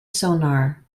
sonar